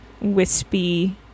wispy